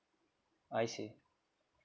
I see